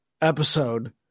episode